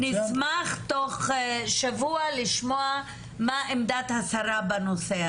נשמח תוך שבוע לשמוע מה עמדת השרה בנושא הזה.